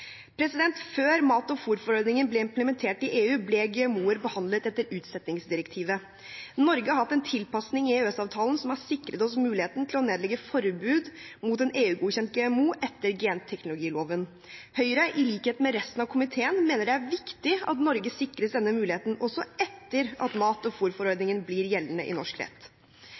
Før mat- og fôrforordningen ble implementert i EU, ble GMO-er behandlet etter utsettingsdirektivet. Norge har hatt en tilpasning i EØS-avtalen som har sikret oss muligheten til å nedlegge forbud mot en EU-godkjent GMO etter genteknologiloven. Høyre, i likhet med resten av komiteen, mener det er viktig at Norge sikres denne muligheten også etter at mat- og